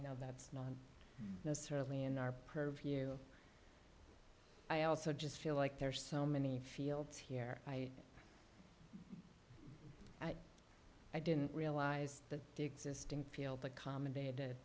know that's not necessarily in our purview i also just feel like there's so many fields here i i didn't realise that the existing field accommodated